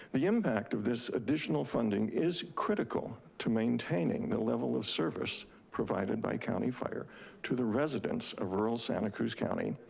the impact of this additional funding is critical to maintaining the level of service provided by county fire to the residents of rural santa cruz county,